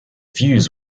views